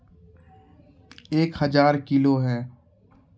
Metric tonne कया हैं?